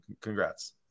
Congrats